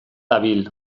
dabil